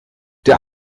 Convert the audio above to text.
der